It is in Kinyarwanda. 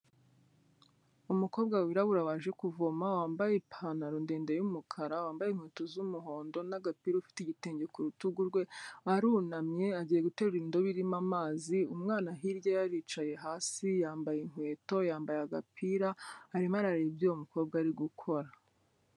Umukobwa wirabura waje kuvoma wambaye ipantaro ndede y'umukara, wambaye inkweto z'umuhondo n'agapira ufite igitenge ku rutugu rwe, arunamye agiye guterura indobo irimo amazi, umwana hirya ye aricaye hasi yambaye inkweto, yambaye agapira, arimo arareba ibyo uwo mukobwa ari gukora.